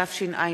גברתי.